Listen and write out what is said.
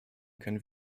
können